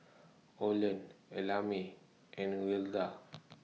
Olen Ellamae and Wilda